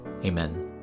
Amen